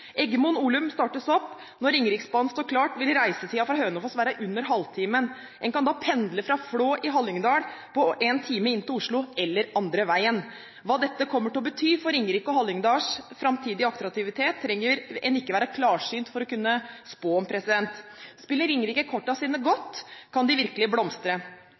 bane. Eggemoen–Olum startes opp. Når Ringeriksbanen står klar, vil reisetiden fra Hønefoss være under halvtimen. En kan da pendle fra Flå i Hallingdal på en time inn til Oslo – eller andre veien. Hva dette kommer til å bety for Ringerikes og Hallingdals framtidige attraktivitet, trenger en ikke være klarsynt for å kunne spå om. Spiller Ringerike kortene sine godt, kan de virkelig blomstre.